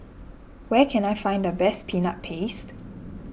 where can I find the best Peanut Paste